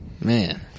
Man